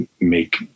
make